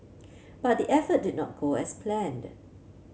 but the effort did not go as planned